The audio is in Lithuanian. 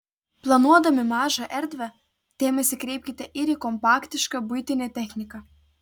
planuodami mažą erdvę dėmesį kreipkite ir į kompaktišką buitinę techniką